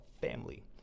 family